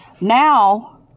Now